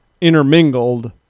intermingled